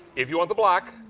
if you want the black,